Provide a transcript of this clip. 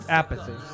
apathy